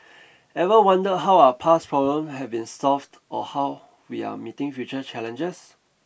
ever wondered how our past problems have been solved or how we are meeting future challenges